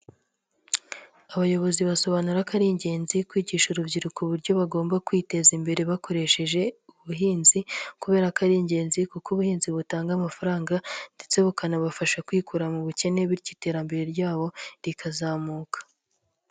Abayobozi basobanura ko ari ingenzi, kwigisha urubyiruko uburyo bagomba kwiteza imbere bakoresheje ubuhinzi kubera ko ari ingenzi kuko ubuhinzi butanga amafaranga ndetse bukanabafasha kwikura mu bukene bityo iterambere ryabo rikazamuka.